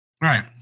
Right